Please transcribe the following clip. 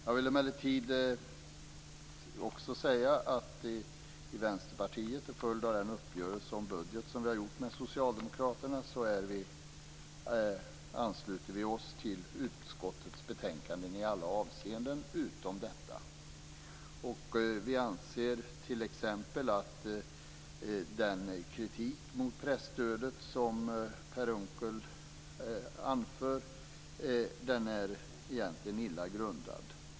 Jag vill emellertid också säga att vi i Vänsterpartiet, till följd av den uppgörelse om budgeten som vi har gjort med Socialdemokraterna, ansluter oss till utskottets betänkande i alla avseenden utom detta. Vi anser t.ex. att den kritik mot presstödet som Per Unckel anför egentligen är illa grundad.